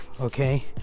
okay